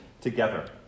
together